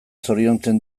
zoriontzen